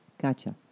Gotcha